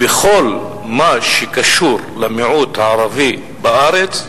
בכל מה שקשור למיעוט הערבי בארץ,